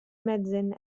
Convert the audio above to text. medicine